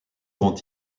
grands